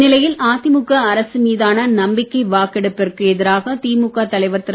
இந்நிலையில் அதிமுக அரசு மீதான நம்பிக்க வாக்கெடுப்பிற்கு எதிராக திமுக தலைவர் திரு